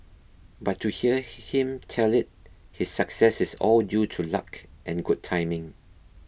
but to hear him tell it his success is all due to luck and good timing